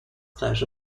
gleiche